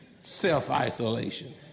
Self-isolation